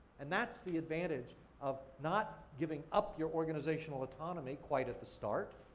and, that's the advantage of not giving up your organizational autonomy quite at the start.